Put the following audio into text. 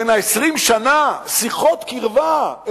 בן 20 השנה, שיחות קרבה.